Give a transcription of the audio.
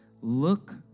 Look